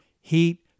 heat